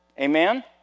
Amen